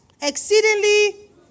Exceedingly